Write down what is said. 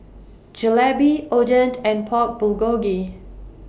Jalebi Oden and Pork Bulgogi